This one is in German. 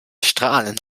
strahlend